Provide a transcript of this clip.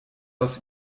aus